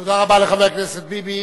תודה רבה לחבר הכנסת ביבי.